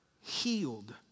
healed